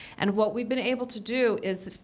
and what we've been able to do is